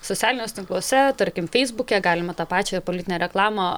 socialiniuose tinkluose tarkim feisbuke galima tą pačią politinę reklamą